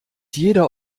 jeder